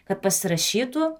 kad pasirašytų